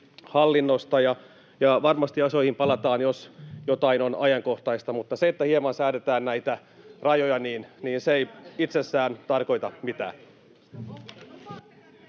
hallinnosta. Varmasti asioihin palataan, jos on jotain ajankohtaista, mutta se, että hieman säädetään näitä rajoja, ei itsessään tarkoita mitään.